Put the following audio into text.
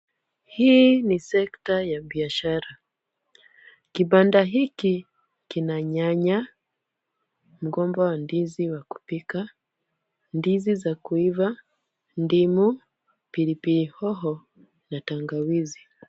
Hii ni sekta ya biashara. Kibanda hiki kina nyanya, mgomba wa ndizi wa kupika, ndizi za kuiva, ndimu, pilipili hoho na tangawizi.